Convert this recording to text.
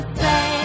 say